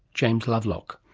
james lovelock.